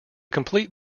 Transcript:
complete